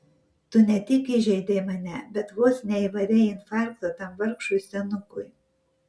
tu ne tik įžeidei mane bet vos neįvarei infarkto tam vargšui senukui